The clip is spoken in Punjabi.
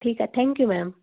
ਠੀਕ ਹੈ ਥੈਂਕ ਯੂ ਮੈਮ